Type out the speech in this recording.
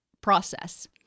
process